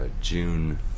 June